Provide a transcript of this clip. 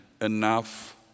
enough